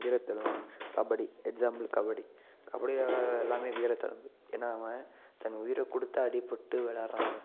வீரத்தழும்பு kabaddi example kabaddi கபடியில எல்லாமே வீரத்தழும்பு ஏனாம தன் உயிரக்கொடுத்து அடிபட்டு விளையாடுறாங்க